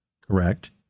Correct